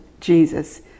jesus